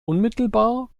unmittelbar